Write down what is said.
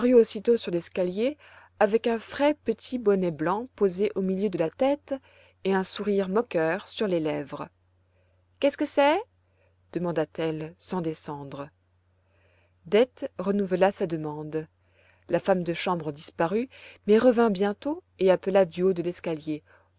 aussitôt sur l'escalier avec un frais petit bonnet blanc posé au milieu de la tête et un sourire moqueur sur les lèvres qu'est-ce que c'est demanda-t-elle sans descendre dete renouvela sa demande la femme de chambre disparut mais revint bientôt et appela du haut de l'escalier